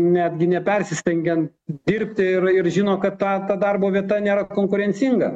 netgi nepersistengiant dirbti ir ir žino kad ta ta darbo vieta nėra konkurencinga